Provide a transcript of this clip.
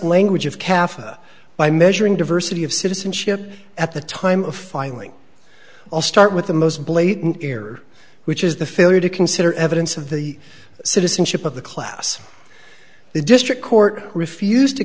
language of kaffir by measuring diversity of citizenship at the time of filing i'll start with the most blatant error which is the failure to consider evidence of the citizenship of the class the district court refused to